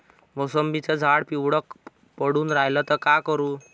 मोसंबीचं झाड पिवळं पडून रायलं त का करू?